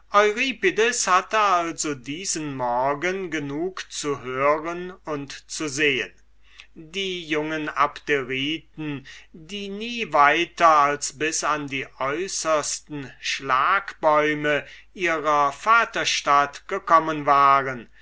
hatte also diesen morgen genug zu hören und zu sehen die jungen abderiten die nie weiter als bis an die äußersten schlagbäume ihrer vaterstadt gekommen waren